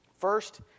First